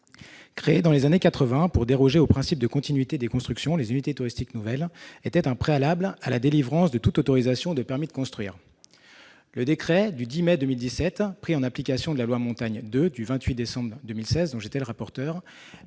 Créées dans les années 1980 pour déroger au principe de continuité des constructions, les unités touristiques nouvelles étaient un préalable à la délivrance de toute autorisation de permis de construire. Le décret du 10 mai 2017, pris en application de la loi Montagne 2 du 28 décembre 2016, dont j'étais le rapporteur